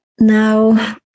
Now